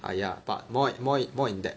ah yah but more more more in depth